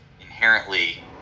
inherently